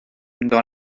dans